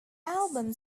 album